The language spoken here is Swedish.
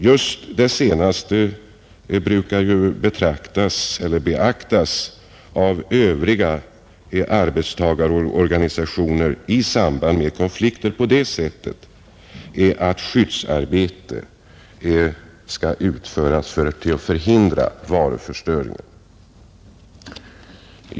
Just sådana omständigheter brukar ju beaktas av övriga arbetstagarorganisationer i samband med konflikter på det sättet att skyddsarbete får utföras i syfte att förhindra varuförstöring.